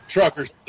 Truckers